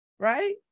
right